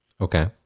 Okay